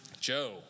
Joe